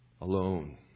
alone